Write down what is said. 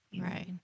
Right